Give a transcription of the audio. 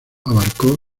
abarcó